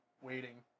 waiting